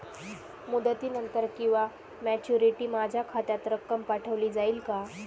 मुदतीनंतर किंवा मॅच्युरिटी माझ्या खात्यात रक्कम पाठवली जाईल का?